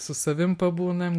su savim pabūnam